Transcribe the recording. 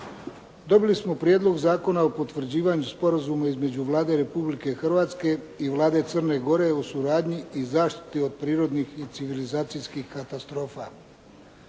Dobili smo Prijedlog Zakona o potvrđivanju Sporazuma između Vlade Republike Hrvatske i Vlade Crne Gore o suradnji u zaštiti od prirodnih i civilizacijskih katastrofa.